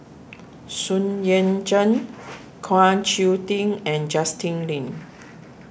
Sun Yan Zhen Kwa Choo Tee and Justin Lean